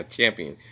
champion